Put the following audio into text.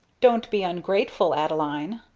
don't be ungrateful, adeline,